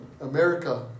America